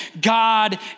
God